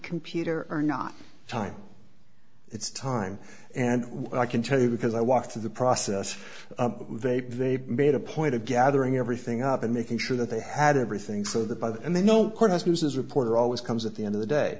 computer or not time it's time and what i can tell you because i walked through the process vague they made a point of gathering everything up and making sure that they had everything so that by the end they know courthouse news is reporter always comes at the end of the day